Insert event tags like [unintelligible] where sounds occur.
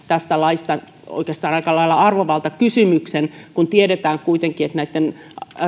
[unintelligible] tästä laista oikeastaan aika lailla arvovaltakysymyksen kun tiedetään kuitenkin että